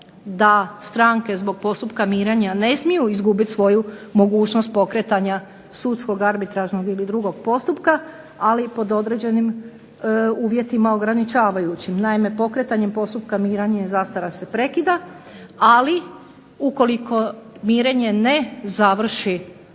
da stranke zbog postupka mirenja ne smiju izgubiti svoju mogućnost pokretanja sudskog arbitražnog ili drugog postupka, ali pod određenim uvjetima ograničavajućim. Naime, pokretanjem postupka mirenja zastara se prekida, ali ukoliko mirenje ne završi